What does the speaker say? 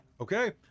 okay